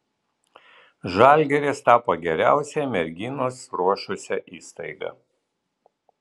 žalgiris tapo geriausiai merginas ruošusia įstaiga